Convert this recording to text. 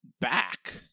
back